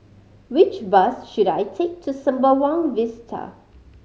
which bus should I take to Sembawang Vista